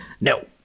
No